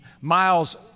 miles